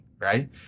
right